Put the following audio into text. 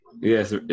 yes